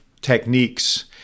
techniques